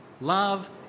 Love